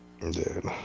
Dude